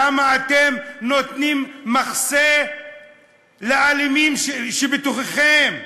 למה אתם נותנים מחסה לאלימים שבתוככם?